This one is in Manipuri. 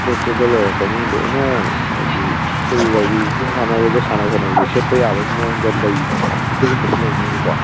ꯏꯁꯇ꯭ꯔꯦꯆꯦꯕꯜ ꯑꯣꯏꯔꯛꯀꯅꯤ ꯂꯣꯏꯅ ꯍꯥꯏꯗꯤ ꯖꯤꯝ ꯁꯥꯟꯅꯕꯗ ꯁꯥꯟꯅ ꯈꯣꯠꯅꯕꯗ ꯁꯦꯠꯄ ꯌꯥꯕ ꯃꯑꯣꯡꯗ ꯂꯩ ꯑꯗꯨꯒꯨꯝꯕꯁꯨ ꯂꯩꯅꯦꯕꯀꯣ